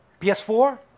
PS4